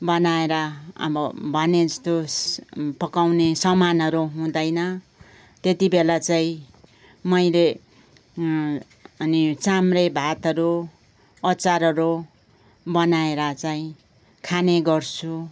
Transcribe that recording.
बनाएर अब भने जस्तो पकाउने सामानहरू हुँदैना त्यति बोला चाहिँ मैले अनि चाम्रे भातहरू अचारहरू बनाएर चाहिँ खाने गर्छु